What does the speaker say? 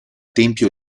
tempio